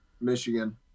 Michigan